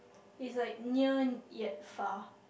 it's like near yet far